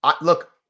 Look